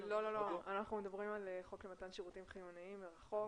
דיברנו על מתן שירותים חיוניים מרחוק.